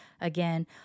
again